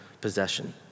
possession